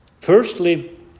firstly